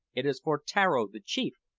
it is for tararo, the chief,